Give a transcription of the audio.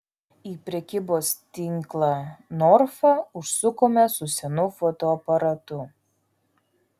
į prekybos tinklą norfa užsukome su senu fotoaparatu